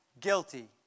guilty